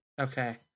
okay